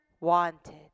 wanted